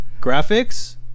Graphics